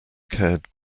cared